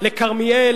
לכרמיאל,